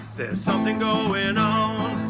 there's something going on.